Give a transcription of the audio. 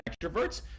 extroverts